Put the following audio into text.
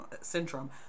syndrome